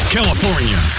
California